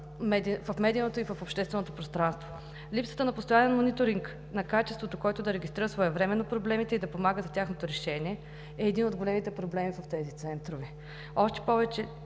в медийното и общественото пространство. Липсата на постоянен мониторинг на качеството, който да регистрира своевременно проблемите и да помага за тяхното решение, е един от големите проблеми в тези центрове. Още повече